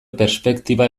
perspektiba